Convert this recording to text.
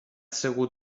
segur